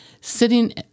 sitting